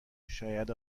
شاید